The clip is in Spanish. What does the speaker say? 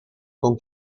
con